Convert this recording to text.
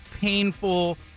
painful